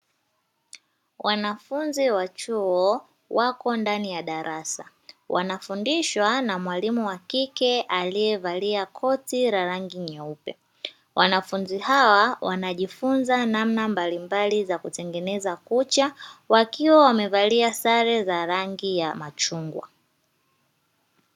Wanafunzi wa chuo, wako ndani ya darasa wanafundishwa na mwalimu wa kike aliyevalia koti la rangi nyeupe, wanafunzi hawa wanajifunza namna mbalimbali za kutengeneza kucha, wakiwa wamevalia sare za rangi ya machungwa.